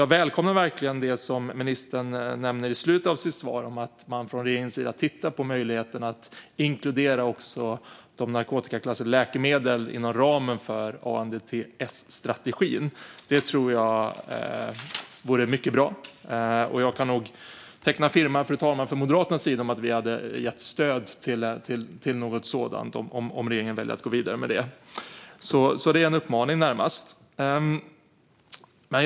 Jag välkomnar verkligen det som ministern nämner i slutet av sitt svar om att man från regeringens sida tittar på möjligheten att inkludera också narkotikaklassade läkemedel inom ramen för ANDTS-strategin. Det tror jag vore mycket bra. Jag kan nog skriva under på, fru talman, från Moderaternas sida att vi skulle ge stöd till något sådant om regeringen väljer att gå vidare med det. Det är närmast en uppmaning.